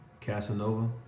Casanova